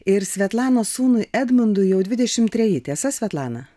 ir svetlanos sūnui edmundui jau dvidešimt treji tiesa svetlana